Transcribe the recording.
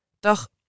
Doch